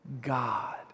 God